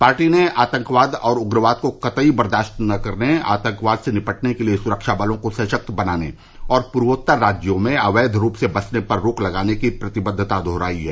party ने आतंकवाद और उग्रवाद को कतई बर्दाशत न करने आतंकवाद से निपटने के लिए सुरक्षा बलो को सशक्त बनाने और पूर्वोत्तर राज्यों में अवैध रूप से बसने पर रोक लगाने की प्रतिबद्वता दोहराई है